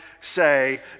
say